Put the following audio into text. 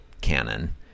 canon